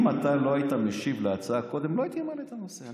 אם אתה לא היית משיב על ההצעה קודם לא הייתי מעלה את הנושא.